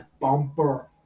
bumper